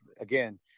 again